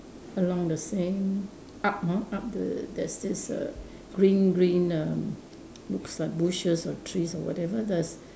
along the same up hor up the there's this err green green err looks like bushes or trees or whatever does